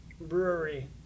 brewery